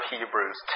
Hebrews